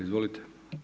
Izvolite.